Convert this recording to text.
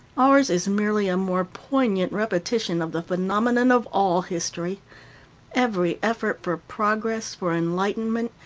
ours is merely a more poignant repetition of the phenomenon of all history every effort for progress, for enlightenment,